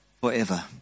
forever